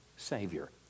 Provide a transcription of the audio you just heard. Savior